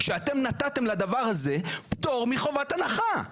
שאתם נתתם לדבר הזה פטור מחובת הנחה.